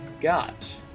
got